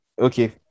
Okay